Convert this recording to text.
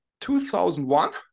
2001